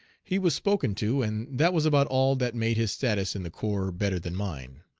he was spoken to, and that was about all that made his status in the corps better than mine.